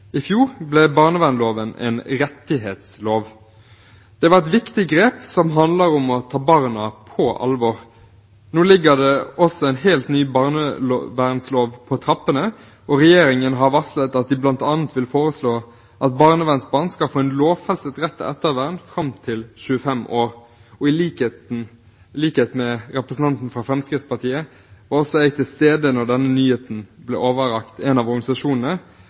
I fjor ble barnevernsloven en rettighetslov. Det var et viktig grep som handlet om å ta barna på alvor. Nå er også en helt ny barnevernslov på trappene, og regjeringen har varslet at de bl.a. vil foreslå at barnevernsbarn skal få en lovfestet rett til ettervern fram til de er 25 år. I likhet med representanten fra Fremskrittspartiet var også jeg til stede da denne nyheten ble overrakt en av organisasjonene,